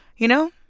you know?